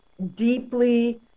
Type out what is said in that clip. deeply